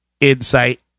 Insight